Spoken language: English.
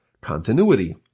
continuity